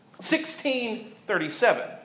1637